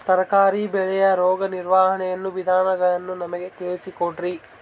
ತರಕಾರಿ ಬೆಳೆಯ ರೋಗ ನಿರ್ವಹಣೆಯ ವಿಧಾನಗಳನ್ನು ನಮಗೆ ತಿಳಿಸಿ ಕೊಡ್ರಿ?